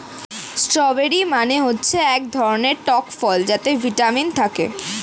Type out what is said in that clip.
strawberry মানে হচ্ছে এক ধরনের টক ফল যাতে ভিটামিন থাকে